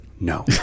No